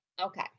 Okay